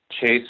chase